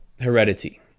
heredity